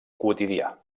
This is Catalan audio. quotidià